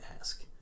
ask